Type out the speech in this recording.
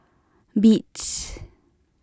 beats